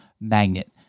Magnet